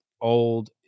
old